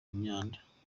myanda